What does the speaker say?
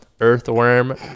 earthworm